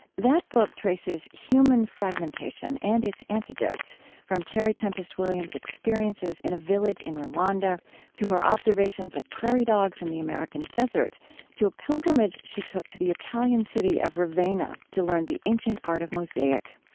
that book traces human fragmentation and its antidotes from terry tempest williams' experiences in a village in rwanda to her observations of prairie dogs in the american desert to a pilgrimage she took to the italian city of ravenna to learn the ancient art of mosaic.